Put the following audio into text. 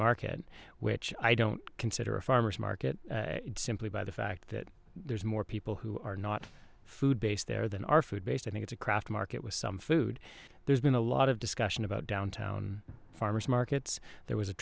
market which i don't consider a farmer's market simply by the fact that there's more people who are not food based there than our food based i think it's a craft market with some food there's been a lot of discussion about downtown farmers markets there was a